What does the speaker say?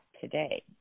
today